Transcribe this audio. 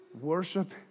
Worship